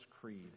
creed